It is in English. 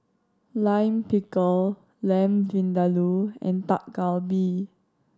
Lime Pickle Lamb Vindaloo and Dak Galbi